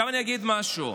אוקיי.